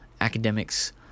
academics